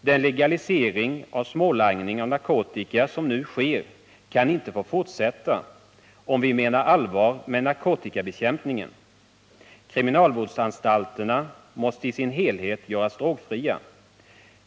Den legalisering av smålangning av narkotika som nu sker kan inte få fortsätta om vi menar allvar med narkotikabekämpningen. Kriminalvårdsanstalterna måste i sin helhet göras drogfria.